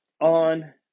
on